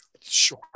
Sure